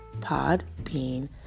Podbean